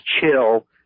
chill